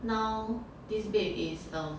now this bed is um